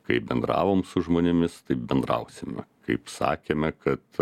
kaip bendravom su žmonėmis taip bendrausime kaip sakėme kad